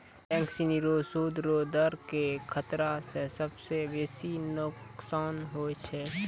bank सिनी रो सूद रो दर के खतरा स सबसं बेसी नोकसान होय छै